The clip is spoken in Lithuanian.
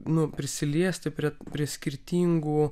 nu prisiliesti prie prie skirtingų